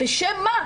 בשם מה?